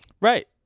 Right